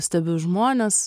stebiu žmones